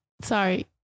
sorry